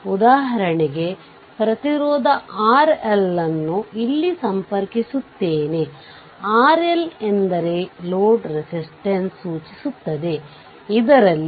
ಆದ್ದರಿಂದ ಎಲ್ಲಾ ಸ್ವತಂತ್ರವು ವೋಲ್ಟೇಜ್ ಮೂಲವಾಗಿದ್ದರೆ ಅದನ್ನು ಷಾರ್ಟ್ ಮಾಡಬೇಕು